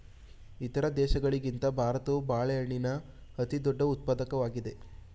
ಇತರ ದೇಶಗಳಿಗಿಂತ ಭಾರತವು ಬಾಳೆಹಣ್ಣಿನ ಅತಿದೊಡ್ಡ ಉತ್ಪಾದಕವಾಗಿದೆ